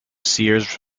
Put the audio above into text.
sears